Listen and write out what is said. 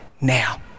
now